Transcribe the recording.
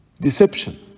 Deception